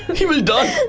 he will die!